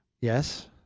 yes